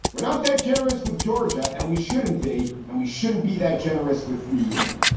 we're not that generous with georgia and we shouldn't be and we shouldn't be that generous with new york.